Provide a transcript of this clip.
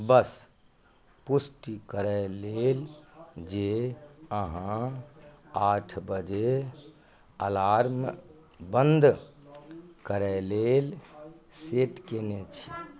बस पुष्टि करय लेल जे अहाँ आठ बजे अलार्म बन्द करय लेल सेट केने छी